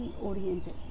oriented